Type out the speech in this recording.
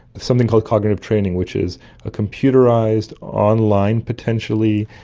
something called cognitive training which is a computerised, online potentially,